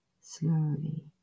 slowly